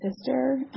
sister